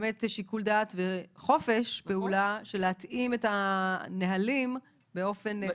שיקול דעת וחופש פעולה של התאמת הנהלים באופן ספציפי.